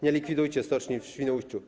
Nie likwidujcie stoczni w Świnoujściu.